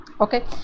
okay